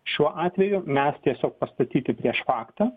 šiuo atveju mes tiesiog pastatyti prieš faktą